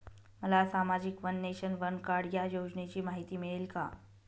मला सामाजिक one nation, one card या योजनेची माहिती मिळेल का?